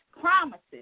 promises